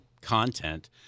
content